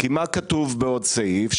מה כתוב בעוד סעיף?